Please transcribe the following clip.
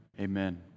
amen